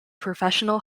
professional